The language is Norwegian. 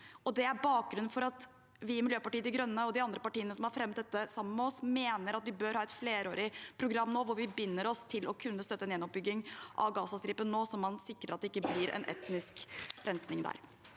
Det er bakgrunnen for at vi i Miljøpartiet De Grønne og de andre partiene som har fremmet dette sammen med oss, mener at vi bør ha et flerårig program hvor vi binder oss til å kunne støtte en gjenoppbygging av Gazastripen nå, så man sikrer at det ikke blir en etnisk rensning der.